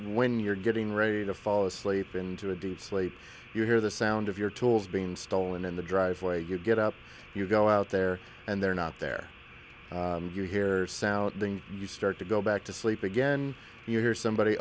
when you're getting ready to fall asleep into a deep sleep you hear the sound of your tools being stolen in the driveway you get up you go out there and they're not there and you hear sound you start to go back to sleep again you hear somebody